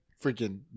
Freaking